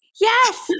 Yes